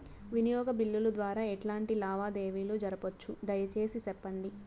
వినియోగ బిల్లుల ద్వారా ఎట్లాంటి లావాదేవీలు జరపొచ్చు, దయసేసి సెప్పండి?